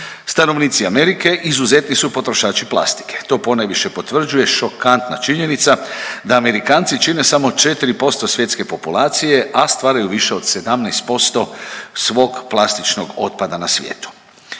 Stanovnici Amerike izuzetni su potrošači plastike. To ponajviše potvrđuje šokantna činjenica da Amerikanci čine samo 4% svjetske populacije, a stvaraju više od 17% svog plastičnog otpada na svijetu.